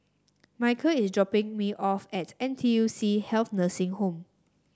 Micheal is dropping me off at N T U C Health Nursing Home